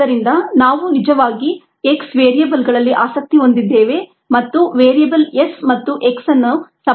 ಆದ್ದರಿಂದ ನಾವು ನಿಜವಾಗಿ x ವೇರಿಯಬಲ್ಗಳಲ್ಲಿ ಆಸಕ್ತಿ ಹೊಂದಿದ್ದೇವೆ ಮತ್ತು ವೇರಿಯಬಲ್ s ಮತ್ತು x ಅನ್ನು ಸಂಬಂಧಿಸಿದ್ದೇವೆ